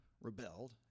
rebelled